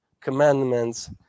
commandments